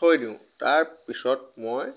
থৈ দিওঁ তাৰপিছত মই